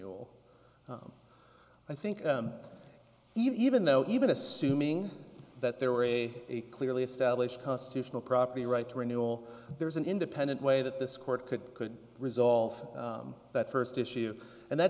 l i think even though even assuming that there were a clearly established constitutional property right to renewal there's an independent way that this court could could resolve that first issue and that